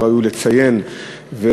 ראוי לציין זאת,